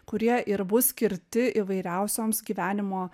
kurie ir bus skirti įvairiausioms gyvenimo